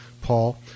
Paul